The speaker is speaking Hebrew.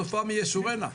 סופם מי ישורנה.